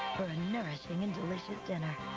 nourishing and delicious dinner,